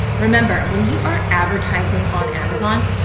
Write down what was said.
remember, when you are advertising on amazon,